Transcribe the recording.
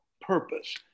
purpose